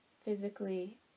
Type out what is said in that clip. Physically